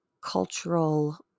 cultural